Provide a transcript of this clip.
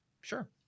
Sure